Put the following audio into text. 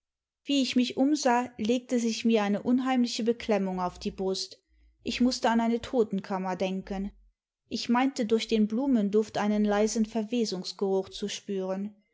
wie ich mich umsah legte sich mir eine unheimliche beklemmung auf die brust ich mußte an eine totenkammer denken ich meinte durch den blumenduft einen leisen verwesungsgeruch zu spüren